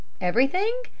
Everything